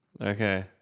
Okay